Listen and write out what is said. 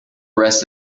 rest